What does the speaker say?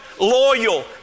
loyal